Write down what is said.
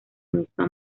misma